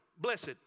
blessed